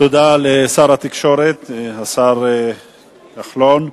תודה לשר התקשורת, השר כחלון.